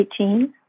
18